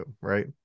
right